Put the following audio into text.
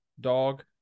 dog